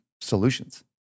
solutions